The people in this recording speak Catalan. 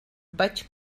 vaig